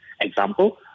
Example